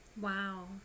wow